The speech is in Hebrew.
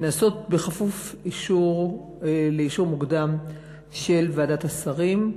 נעשות בכפוף לאישור מוקדם של ועדת השרים.